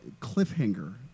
cliffhanger